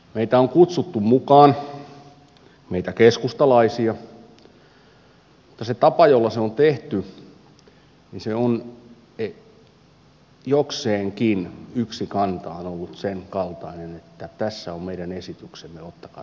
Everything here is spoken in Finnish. meitä on kutsuttu mukaan meitä keskustalaisia mutta se tapa jolla se on tehty on jokseenkin yksikantaan ollut sen kaltainen että tässä on meidän esityksemme ottakaa tai jättäkää